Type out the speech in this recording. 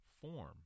form